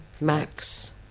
Max